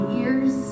ears